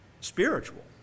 spiritual